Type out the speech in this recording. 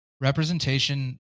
representation